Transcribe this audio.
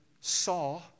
saw